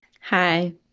Hi